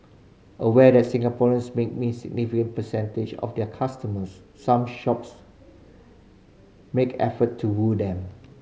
aware that Singaporeans make up a significant percentage of their customers some shops make effort to woo them